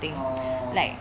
orh